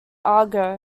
argo